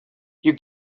you